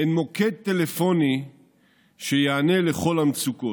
אין מוקד טלפוני שיענה לכל המצוקות.